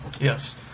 Yes